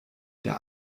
der